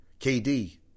KD